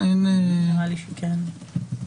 נראה לי שכן.